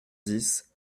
dix